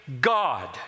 God